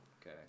Okay